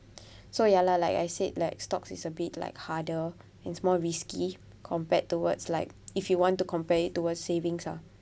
so ya lah like I said like stocks is a bit like harder and it's more risky compared towards like if you want to compare it towards savings ah